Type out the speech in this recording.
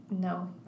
no